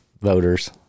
voters